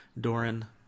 Doran